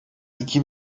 iki